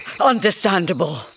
Understandable